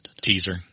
teaser